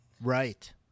Right